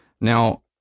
Now